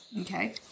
Okay